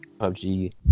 PUBG